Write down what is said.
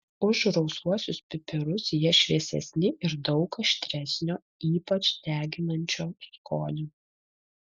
už rausvuosius pipirus jie šviesesni ir daug aštresnio ypač deginančio skonio